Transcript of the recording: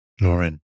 Lauren